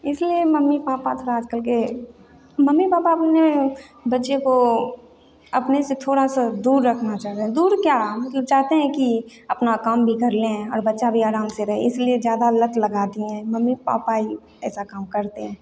इसलिए mummy papa थोड़ा आज कल के मम्मी पापा अपने बच्चे को अपने से थोड़ा सा दूर रखना चाह रहें दूर क्या मतलब चाहते हैं कि अपना काम भी कर लें और बच्चा भी आराम से रहें इसीलिए ज़्यादा लत लगा दिए हैं मम्मी पापा ही ऐसा काम करते हैं